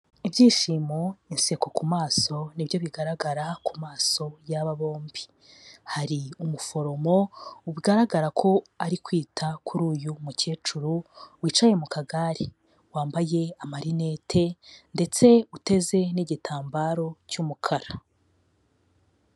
Ibyishimo inseko ku maso ni byo bigaragara ku maso y'aba bombi, hari umuforomo bigaragara ko ari kwita kuri uyu mukecuru wicaye mu kagare, wambaye amarinete ndetse uteze n'igitambaro cy'umukara.